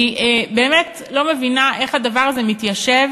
אני באמת לא מבינה איך הדבר הזה מתיישב